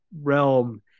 realm